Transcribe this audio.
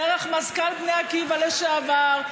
דרך מזכ"ל בני עקיבא לשעבר,